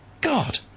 God